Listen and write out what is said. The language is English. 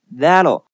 that'll